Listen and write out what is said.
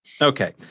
Okay